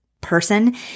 person